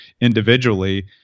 individually